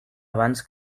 abans